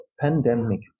pandemic